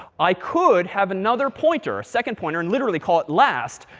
i could have another pointer, a second pointer, and literally call it, last,